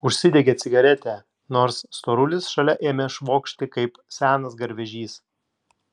užsidegė cigaretę nors storulis šalia ėmė švokšti kaip senas garvežys